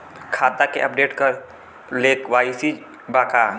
खाता के अपडेट करे ला के.वाइ.सी जरूरी बा का?